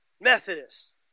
Methodist